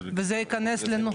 וזה ייכנס לנוסח.